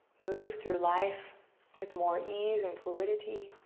move through life with more ease and fluidity.